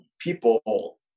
people